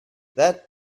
that